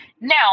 Now